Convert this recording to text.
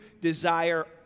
desire